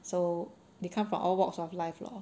so they come from all walks of life lor